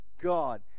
God